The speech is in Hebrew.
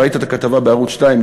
ראית את הכתבה בערוץ 2,